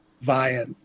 via